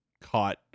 caught